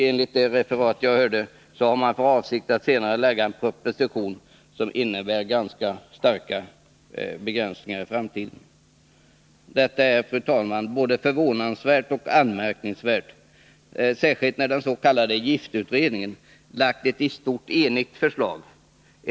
Enligt det referat som jag hörde har regeringen också för avsikt att senare lägga fram en proposition som innebär ganska starka begränsningar i användningen av kemiska medel i framtiden. Detta är, fru talman, både förvånansvärt och anmärkningsvärt, särskilt som den s.k. giftutredningen lagt fram ett i stort sett enhälligt förslag om användningen av kemiska bekämpningsmedel.